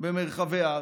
ברחבי הארץ.